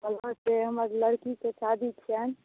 कहलहुॅं जे हमर लड़कीके शादी छियनि